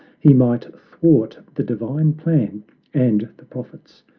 he might thwart the divine plan and the prophets.